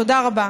תודה רבה.